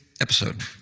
episode